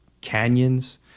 canyons